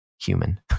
human